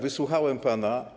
Wysłuchałem pana.